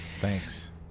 Thanks